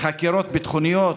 ובחקירות ביטחוניות,